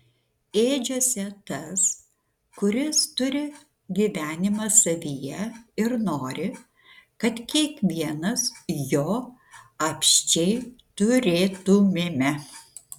ėdžiose tas kuris turi gyvenimą savyje ir nori kad kiekvienas jo apsčiai turėtumėme